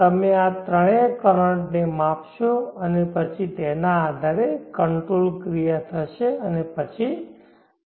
તમે આ ત્રણેય કરંટ ને માપશો અને તે પછી તેના આધારે કંટ્રોલ ક્રિયા થશે અને પછી કંટ્રોલ થશે